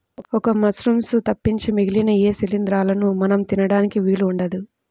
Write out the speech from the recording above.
ఒక్క మశ్రూమ్స్ తప్పించి మిగిలిన ఏ శిలీంద్రాలనూ మనం తినడానికి వీలు ఉండదు